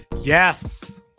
Yes